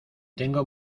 tengo